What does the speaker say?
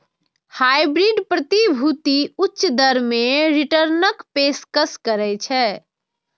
hybrid प्रतिभूति उच्च दर मे रिटर्नक पेशकश करै छै